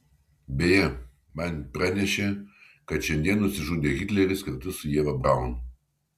beje man pranešė kad šiandien nusižudė hitleris kartu su ieva braun